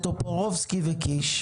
שהם טופורובסקי וקיש,